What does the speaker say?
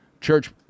Church